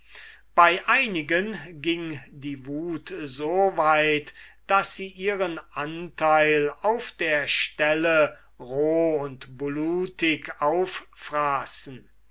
bei einigen ging die wut so weit daß sie ihren anteil auf der stelle roh und blutig auffraßen